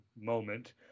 moment